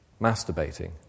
masturbating